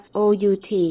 out